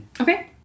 Okay